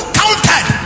counted